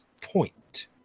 point